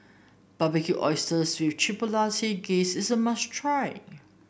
Barbecued Oysters with Glaze is a must try